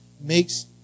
makes